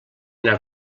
anar